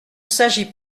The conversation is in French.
s’agit